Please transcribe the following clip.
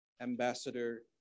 Ambassador